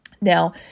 Now